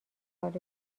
خارج